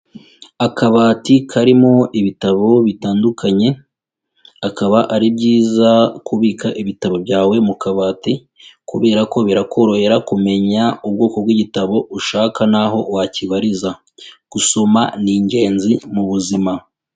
Akabati karimo ibitabo bitandukanye, akaba ari byiza kubika ibitabo byawe mu kabati, kubera ko birakorohera kumenya ubwoko bw'igitabo ushaka, n'aho wakibariza, gusoma ni ingenzi mu buzima.